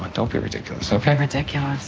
don't be ridiculous. so, favorite tequila's.